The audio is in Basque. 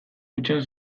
hutsean